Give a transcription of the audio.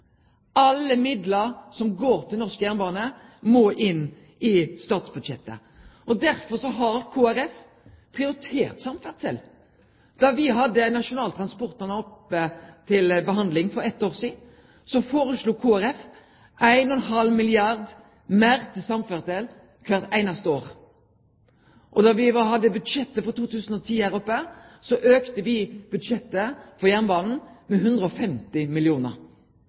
Alle midlane som går til norsk jernbane, må inn i statsbudsjettet. Derfor har Kristeleg Folkeparti prioritert samferdsel. Da me hadde Nasjonal transportplan oppe til behandling for eitt år sidan, foreslo Kristeleg Folkeparti 1,5 milliardar kr meir til samferdsel kvart einaste år. Da me hadde statsbudsjettet for 2010 oppe til behandling, auka me budsjettet for jernbanen med 150